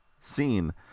scene